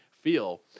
feel